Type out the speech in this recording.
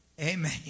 Amen